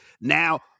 now